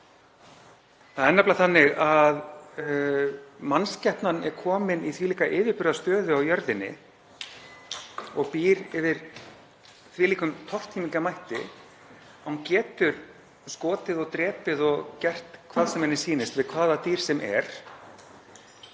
Það er nefnilega þannig að mannskepnan er komin í þvílíka yfirburðastöðu á jörðinni og býr yfir þvílíkum tortímingarmætti að hún getur skotið og drepið og gert hvað sem henni sýnist við hvaða dýr sem er